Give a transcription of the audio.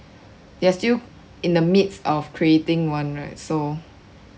they are still in the midst of creating one right so